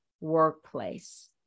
workplace